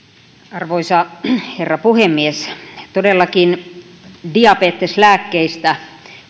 arvoisa herra puhemies todellakin diabeteslääkkeistä